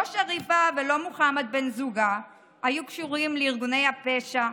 לא שריפה ולא מוחמד בן זוגה היו קשורים לארגוני הפשע,